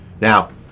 Now